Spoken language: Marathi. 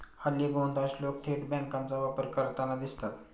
हल्ली बहुतांश लोक थेट बँकांचा वापर करताना दिसतात